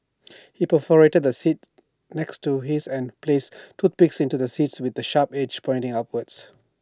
he perforated the seat next to his and placed toothpicks into the seat with the sharp age pointing upwards